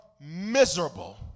miserable